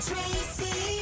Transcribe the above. Tracy